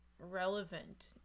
relevant